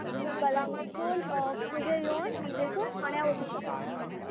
so तुमी कलांगुटसून पणजे येवन पणजेसून फोंड्यां वचूंक शकतात